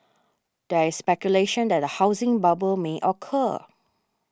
there is speculation that a housing bubble may occur